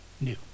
new